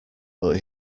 but